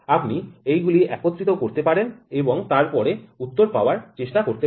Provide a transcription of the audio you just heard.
আপনি এগুলি একত্রিত করতে পারেন এবং তারপরে উত্তর পাওয়ার চেষ্টা করতে পারেন